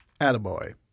Attaboy